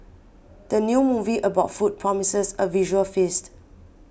the new movie about food promises a visual feast